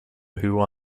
who